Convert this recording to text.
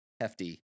hefty